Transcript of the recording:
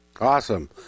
Awesome